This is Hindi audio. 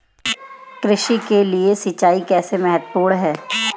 कृषि के लिए सिंचाई कैसे महत्वपूर्ण है?